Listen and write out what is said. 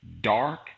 Dark